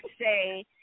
say